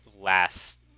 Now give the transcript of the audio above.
last